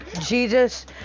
Jesus